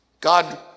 God